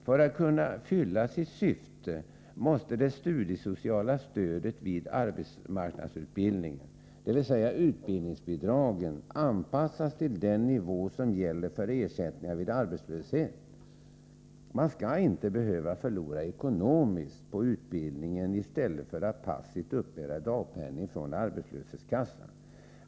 För att kunna fylla sitt syfte måste det studiesociala stödet vid arbetsmarknadsutbildningen, dvs. utbildningsbidragen, anpassas till den nivå som gäller för ersättningarna vid arbetslöshet. Man skall inte behöva förlora ekonomiskt på att gå på utbildning i stället för att passivt uppbära dagpenning från en arbetslöshetskassa.